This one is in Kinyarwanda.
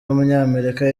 w’umunyamerika